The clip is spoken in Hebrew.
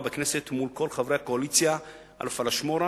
בכנסת מול כל חברי הקואליציה על הפלאשמורה,